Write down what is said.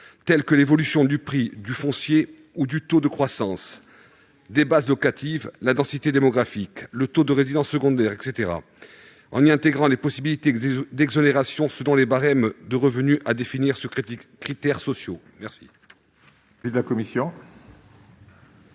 objectifs- évolution du prix du foncier ou du taux de croissance des bases locatives, densité démographique, taux de résidences secondaires, etc. -, et en y intégrant des possibilités d'exonération selon les barèmes de revenus, à définir sur critères sociaux. Quel